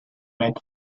met